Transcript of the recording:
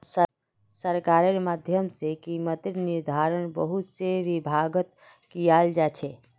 सरकारेर माध्यम से कीमतेर निर्धारण बहुत से विभागत कियाल जा छे